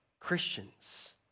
Christians